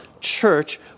church